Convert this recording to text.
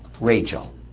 Rachel